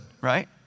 right